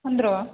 पन्द्र'